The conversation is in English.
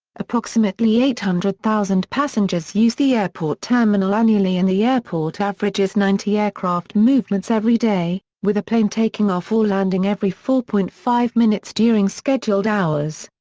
approximately eight hundred thousand passengers use the airport terminal annually and the airport averages ninety aircraft movements every day, with a plane taking off or landing every four point five minutes during scheduled hours.